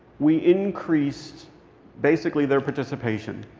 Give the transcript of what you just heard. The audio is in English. we increased basically their participation.